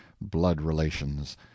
blood-relations